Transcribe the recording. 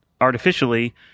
artificially